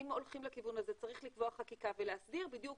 אם הולכים לכיוון הזה צריך לקבוע בחקיקה ולהסדיר בדיוק